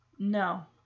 No